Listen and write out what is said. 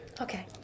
Okay